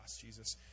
Jesus